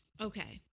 Okay